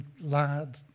lad